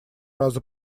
раза